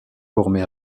formés